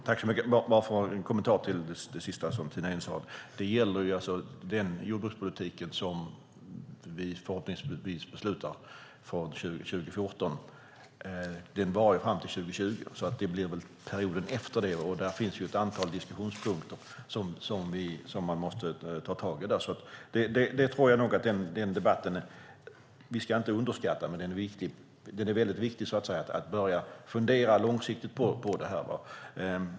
Herr talman! Som kommentar till det sista Tina Ehn sade varar ju den jordbrukspolitik som vi förhoppningsvis beslutar från 2014 fram till 2020. Det blir väl perioden efter det, och där finns ett antal diskussionspunkter som man måste ta tag i. Den debatten ska vi inte underskatta. Det är väldigt viktigt att börja fundera långsiktigt på detta.